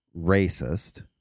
racist